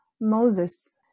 Moses